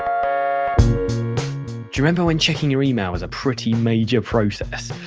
um you remember when checking your email was a pretty major process?